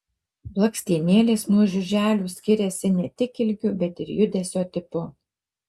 blakstienėlės nuo žiuželių skiriasi ne tik ilgiu bet ir judesio tipu